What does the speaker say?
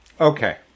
Okay